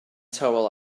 tywel